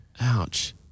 Ouch